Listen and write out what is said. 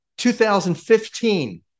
2015